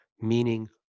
meaning